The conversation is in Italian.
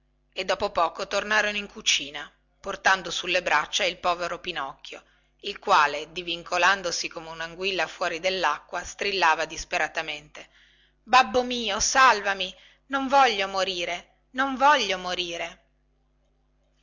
e dopo poco tornarono in cucina portando sulle braccia il povero pinocchio il quale divincolandosi come unanguilla fuori dellacqua strillava disperatamente babbo mio salvatemi non voglio morire non voglio morire